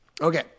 Okay